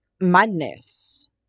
madness